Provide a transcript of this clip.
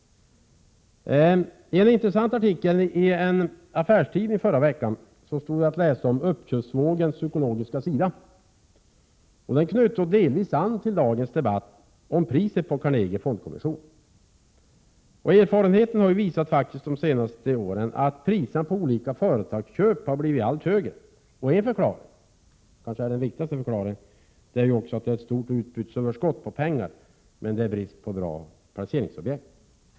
I en intressant artikel i en affärstidning i förra veckan stod det att läsa om uppköpsvågens psykologiska sida. Artikeln knöt delvis an till dagens debatt om priset på Carnegie Fondkommission. Erfarenheten har ju faktiskt de senaste åren visat att priserna vid olika företagsköp har blivit allt högre. En förklaring — kanske den viktigaste — är att det finns ett stort överskott på pengar, medan det råder brist på goda placeringsobjekt.